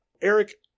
Eric